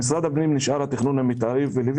במשרד הפנים נשאר התכנון המתארי ולפי